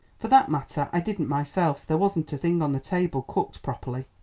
for that matter, i didn't myself there wasn't a thing on the table cooked properly.